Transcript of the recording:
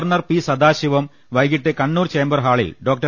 governor P Sathasivam വൈകിട്ട് Kannur chamber ഹാളിൽ ഡോ